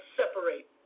separate